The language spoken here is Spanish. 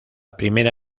primera